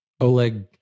Oleg